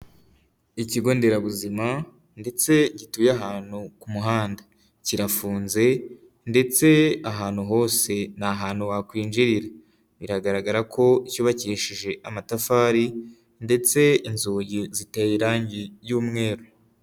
Ikigo nderabuzima ndetse gituye ahantu ku muhanda, kirafunze ndetse ahantu hose nta hantu wakwinjirira biragaragara ko cyubakishije amatafari ndetse inzugi ziteye irangi y'umweru.